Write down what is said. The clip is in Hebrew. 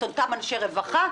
את אותם אנשי הרווחה,